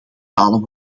talen